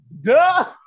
Duh